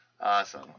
Awesome